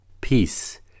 peace